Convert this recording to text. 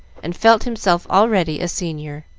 and felt himself already a senior.